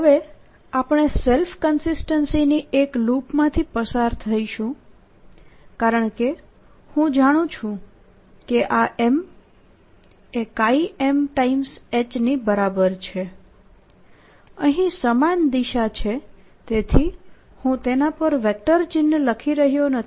હવે આપણે self consistency ની એક લૂપ માંથી પસાર થઈશું કારણકે હું જાણું છું કે આ M એ M H ની બરાબર છે અહીં સમાન દિશા છે તેથી હું તેના પર વેક્ટર ચિહ્ન લખી રહ્યો નથી